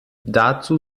dazu